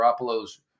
Garoppolo's